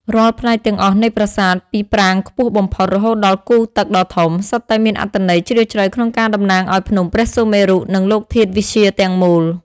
រាល់ផ្នែកទាំងអស់នៃប្រាសាទ ពីប្រាង្គខ្ពស់បំផុត រហូតដល់គូរទឹកដ៏ធំ សុទ្ធតែមានអត្ថន័យជ្រាលជ្រៅក្នុងការតំណាងឱ្យភ្នំព្រះសុមេរុ និងលោកធាតុវិទ្យាទាំងមូល។